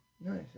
Nice